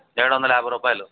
ఏడొందల యాభై రూపాయలు